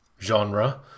genre